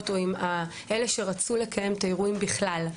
או עם אלה שרצו לקיים את האירועים בכלל,